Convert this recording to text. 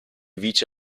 vice